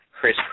Chris